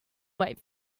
white